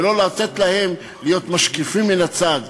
ולא לתת להם להיות משקיפים מן הצד,